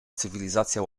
cywilizacja